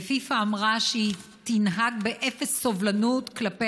ופיפ"א אמרה שהיא תנהג באפס סובלנות כלפי